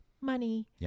money